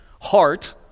heart